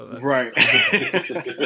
Right